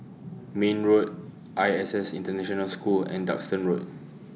Mayne Road I S S International School and Duxton Road